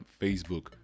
facebook